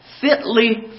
Fitly